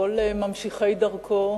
כל ממשיכי דרכו